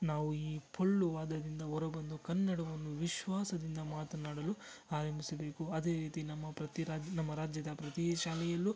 ನಾವು ಈ ಪೊಳ್ಳು ವಾದದಿಂದ ಹೊರಬಂದು ಕನ್ನಡವನ್ನು ವಿಶ್ವಾಸದಿಂದ ಮಾತನಾಡಲು ಆರಂಭಿಸಬೇಕು ಅದೇ ರೀತಿ ನಮ್ಮ ಪ್ರತಿ ರಾಜ್ಯ ನಮ್ಮ ರಾಜ್ಯದ ಪ್ರತಿ ಶಾಲೆಯಲ್ಲೂ